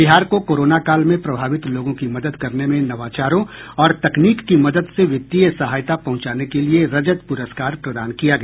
बिहार को कोरोना काल में प्रभावित लोगों की मदद करने में नवाचारों और तकनीक की मदद से वित्तीय सहायता पहुंचाने के लिये रजत प्रस्कार प्रदान किया गया